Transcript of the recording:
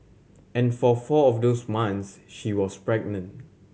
and for four of those months she was pregnant